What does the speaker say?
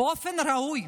באופן ראוי,